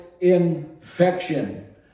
infection